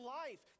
life